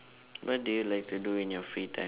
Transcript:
what do you like to do in your free time